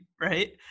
right